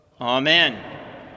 Amen